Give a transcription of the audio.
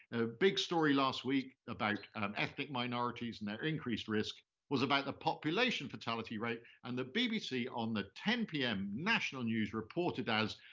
big story last week about ethnic minorities and their increased risk was about the population fatality rate. and the bbc on the ten p m. national news reported as,